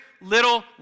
little